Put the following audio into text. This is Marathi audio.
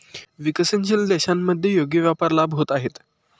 विकसनशील देशांमध्ये योग्य व्यापार लाभ होत आहेत